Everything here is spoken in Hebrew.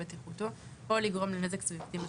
בטיחותו או לגרום לנזק סביבתי משמעותי.